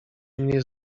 mnie